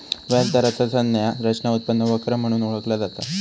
व्याज दराचा संज्ञा रचना उत्पन्न वक्र म्हणून ओळखला जाता